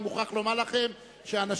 אני מוכרח לומר לכם שאנשים,